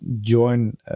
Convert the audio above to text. join